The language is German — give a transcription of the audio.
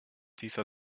dieser